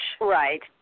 Right